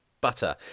butter